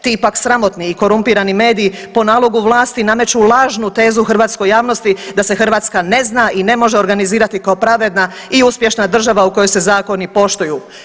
Ti pak sramotni i korumpirani mediji po nalogu vlasti nameću lažnu tezu u hrvatskoj javnosti da se Hrvatska ne zna i ne može organizirati kao pravedna i uspješna država u kojoj se zakoni poštuju.